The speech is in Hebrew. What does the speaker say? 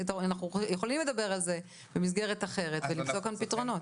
אנחנו יכולים לדבר על מה שהעלית במסגרת אחרת ולמצוא פתרונות,